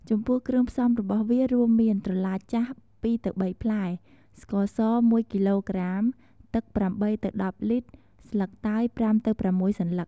ចំពោះគ្រឿងផ្សំរបស់វារួមមានត្រឡាចចាស់ ២ទៅ៣ ផ្លែ , ស្ករស ១គីឡួក្រាម, ទឹក ៨ទៅ១០ លីត្រ, ស្លឹកតើយ ៥ទៅ៦ សន្លឹក។